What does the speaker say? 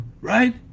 right